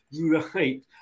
Right